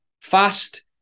Fast